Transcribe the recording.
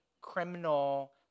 criminal